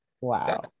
Wow